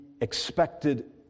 expected